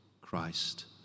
Christ